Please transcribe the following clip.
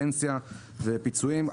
בפנסיה ופיצויים.